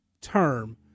term